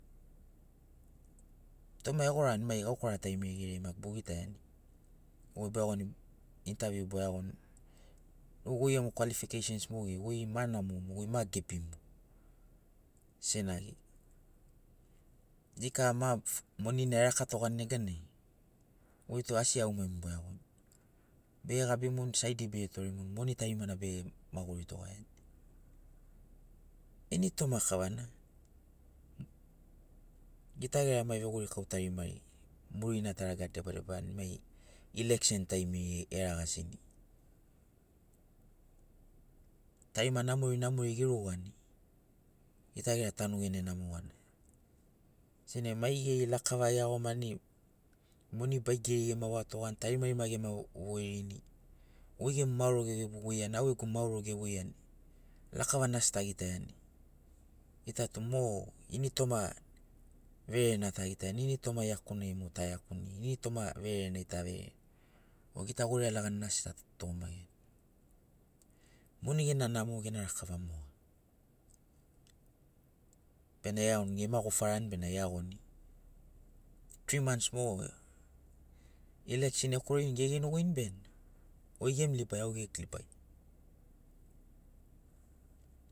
Toma e goragani mai gaukara tarimari geriai maki bogitaiani goi boiagoni intaviu boiagoni goi- goi gemu kwalifikeisins mogeri goi ma namomu goi ma gebimu senagi deikara ma monina erakatogani neganai goi tu asi iaunega ta bege gabimuni saidi bege toremuni moni tarimana bege ma goritogaiani. Initoma kavana gita maigera vegorikau tarimari muririna ta raga debadebani mai ileksin taimiri geragasini tarima namori namori gerugani gita gera tanu bene namo gana. Senagi maigeri lakava geiagomani moni baigeri gema gwatogani tarimarima gema voirini goi gemu maoro gevoiani augegu maoro gevoiani lakavana asi tagitaiani gita tu mo initoma vererena ta gitaiani initoma iakunai mo taiakuni initoma verenai ta verereni o gita goira laganina asi ta tugamagiani. Moni gena namo gena lakava moga bena iagoni gema gofarani bena iagoni tri mants mogo ileksin ekorini gegenogoini benamo goi gemu ribai au gegu ribai